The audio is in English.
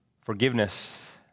Forgiveness